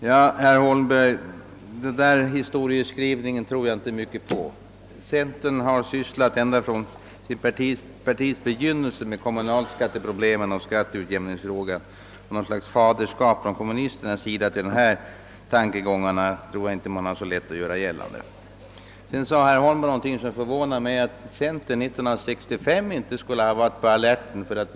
Herr talman! Den historieskrivning som herr Holmberg gjorde tror jag inte mycket på. Centern har ända från partiets bildande sysslat med kommunalskatteproblemen och skatteutjämningsfrågan. Något »faderskap» till dessa tankegångar torde det därför för kommunisternas del inte vara så lätt att göra gällande. Vidare sade herr Holmberg — vilket förvånade mig — att centern år 1965 inte skulle ha bevakat dessa frågor.